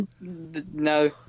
No